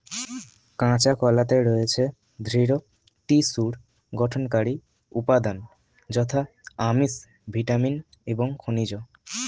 কাঁচা কলাতে রয়েছে দৃঢ় টিস্যুর গঠনকারী উপাদান যথা আমিষ, ভিটামিন এবং খনিজ